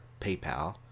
PayPal